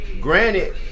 Granted